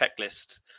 checklist